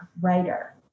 writer